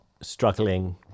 struggling